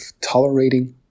tolerating